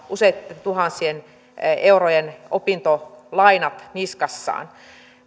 useitten tuhansien eurojen opintolainat niskassaan